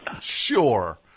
Sure